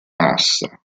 massa